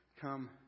come